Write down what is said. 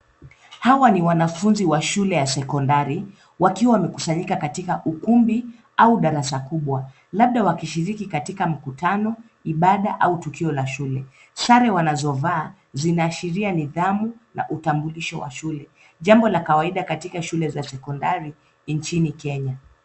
Hawa ni wanafunzi wa shule ya sekondari wakiwa wamekusanyika katika ukumbi au darasa kubwa labda wakishiriki katika mkutano, ibada au tukio la shule. Sare wanazovaa zinaashiria nidhamu na utambulisho wa shule, jambo la kawaida katika shule za sekondari nchini.